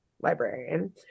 librarian